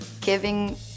giving